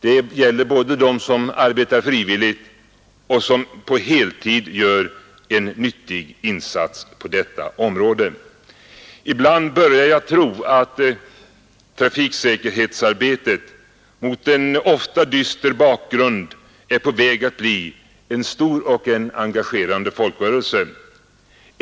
Det gäller både dem som arbetar frivilligt och dem som på heltid gör en nyttig insats på detta område. Ibland börjar jag tro att trafiksäkerhetsarbetet mot en ofta dyster bakgrund är på väg att bli en stor och en engagerande folkrörelse.